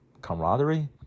camaraderie